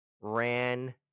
ran